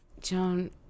Joan